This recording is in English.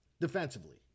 Defensively